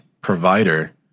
provider